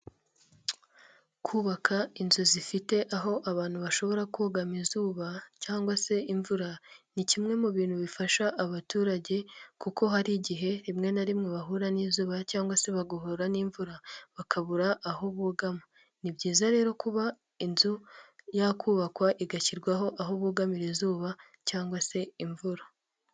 Kubaka inzu zifite aho abantu bashobora kugama izuba cyangwa se imvura, ni kimwe mu bintu bifasha abaturage kuko hari igihe rimwe na rimwe bahura n'izuba cyangwa se bagahura n'imvura, bakabura aho bugama, ni byiza rero kuba inzu yakubakwa igashyirwaho aho bugamira izuba cyangwa se imvura.